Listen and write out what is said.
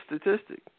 statistic